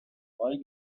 why